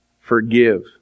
Forgive